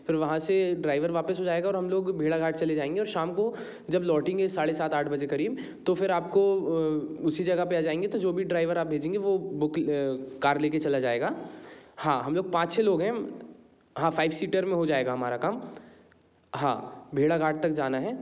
फिर वहाँ से ड्राइवर वापस हो जाएगा और हम लोग भेड़ाघाट चले जाएँगे और शाम को जब लौटेंगे साढ़े सात आठ बजे करीब तो फिर आपको उसी जगह पर आ जाएँगे तो जो भी ड्राइवर आप भेजेंगे वो बुक ले कार ले कर चला जाएगा हाँ हम लोग पाँच छ लोग हैं हाँ फ़ाइव सीटर में हो जाएगा हमारा काम हाँ भेड़ाघाट तक जाना है